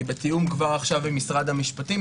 היא בתיאום כבר עכשיו עם משרד המשפטים.